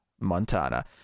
Montana